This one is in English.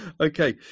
Okay